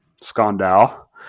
scandal